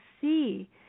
see